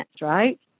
right